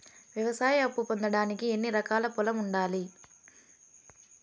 వ్యవసాయ అప్పు పొందడానికి ఎన్ని ఎకరాల పొలం ఉండాలి?